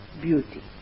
beauty